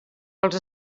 els